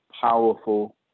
powerful